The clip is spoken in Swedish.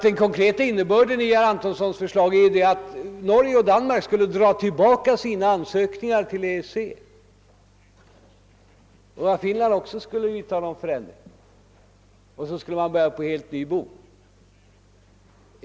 Den konkreta innebörden i herr Antonssons förslag är ju, att Norge och Danmark skulle ta tillbaka sina ansökningar till EEC och att Finland också skulle vidta någon förändring, och så skulle man börja på helt ny bog.